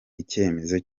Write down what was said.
ikemezo